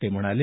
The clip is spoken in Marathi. ते म्हणाले